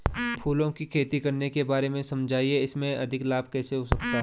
फूलों की खेती करने के बारे में समझाइये इसमें अधिक लाभ कैसे हो सकता है?